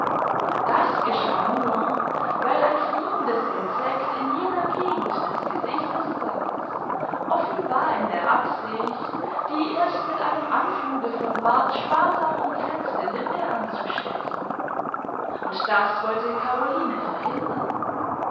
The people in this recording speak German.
das geschah nur weil ein fliegendes insect in jener gegend des gesichtes saß offenbar in der absicht die erst mit einem anfluge von bart sparsam umkränzte lippe anzustechen und das wollte caroline verhindern